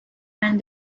and